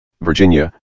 Virginia